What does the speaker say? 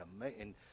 amazing